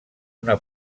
una